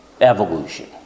Evolution